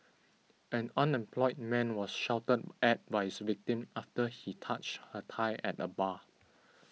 an unemployed man was shouted at by his victim after he touched her thigh at a bar